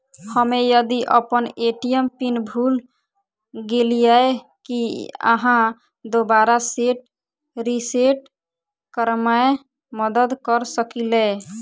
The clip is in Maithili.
हम्मे यदि अप्पन ए.टी.एम पिन भूल गेलियै, की अहाँ दोबारा सेट रिसेट करैमे मदद करऽ सकलिये?